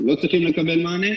לא צריכים לקבל מענה.